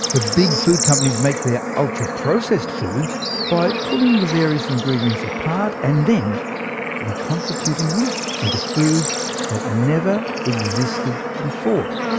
the big food companies make their ultraprocessed foods by pulling the various ingredients apart and then reconstituting them into foods that never existed before.